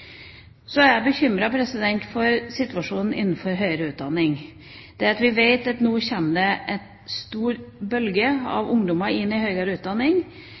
Så er jeg bekymret for situasjonen innenfor høyere utdanning. Vi vet at det nå kommer en stor bølge av ungdommer inn i høyere utdanning,